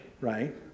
right